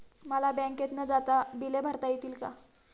मला बँकेत न जाता बिले भरता येतील का?